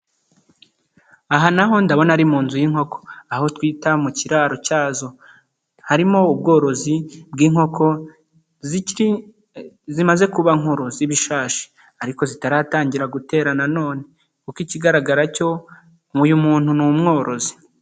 Aaha na ho ndabona ari mu nzu y'inkoko aho twita mu kiraro cyazo, harimo ubworozi bw'inkoko zikiri zimaze kuba inkuru z'ibishashi ariko zitaratangira gutera nanone kuko ikigaragara cyo uyu muntu ni umworozi.